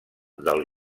del